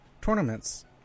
tournaments